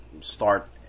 start